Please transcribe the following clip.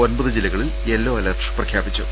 ഒൻപത് ജില്ലക ളിൽ യെല്ലോ അലർട്ട് പ്രഖ്യാപിച്ചു